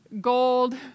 gold